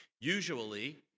Usually